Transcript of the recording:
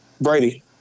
Brady